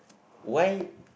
why